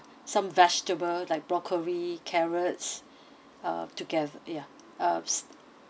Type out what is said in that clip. some vegetable like broccoli carrots uh together ya uh